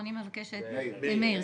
מאיר,